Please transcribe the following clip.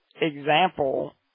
example